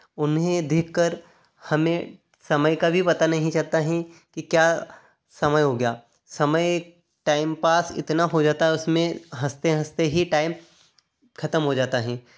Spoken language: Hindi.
उन्हें देखकर हमें समय का भी पता नहीं चलता है कि क्या समय हो गया समय टाइम पास इतना हो जाता है उसमें हँसते हँसते ही टाइम खतम हो जाता है